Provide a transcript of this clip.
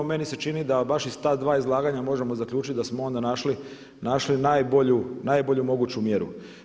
A meni se čini da baš iz ta dva izlaganja možemo zaključiti da smo onda našli najbolju moguću mjeru.